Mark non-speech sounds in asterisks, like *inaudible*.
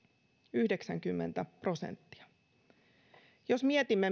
yhdeksänkymmentä prosenttia jos mietimme *unintelligible*